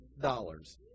dollars